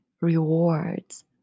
rewards